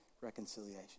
reconciliation